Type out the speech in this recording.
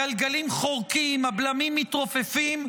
הגלגלים חורקים, הבלמים מתרופפים,